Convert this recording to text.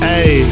Hey